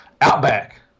Outback